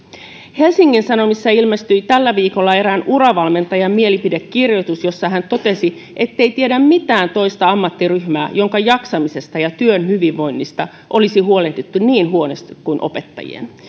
helsingin sanomissa ilmestyi tällä viikolla erään uravalmentajan mielipidekirjoitus jossa hän totesi ettei tiedä mitään toista ammattiryhmää jonka jaksamisesta ja työhyvinvoinnista olisi huolehdittu niin huonosti kuin opettajien